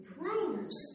proves